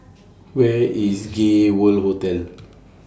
Where IS Gay World Hotel